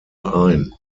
ein